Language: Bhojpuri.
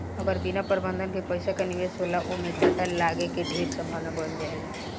अगर बिना प्रबंधन के पइसा के निवेश होला ओमें घाटा लागे के ढेर संभावना बन जाला